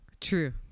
True